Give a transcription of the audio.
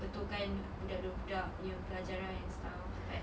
betul kan budak-budak punya pelajaran and stuff but